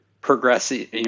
progressive